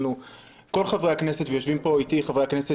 כל חברי הכנסת ויושבים פה איתי חברי כנסת